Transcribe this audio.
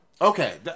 okay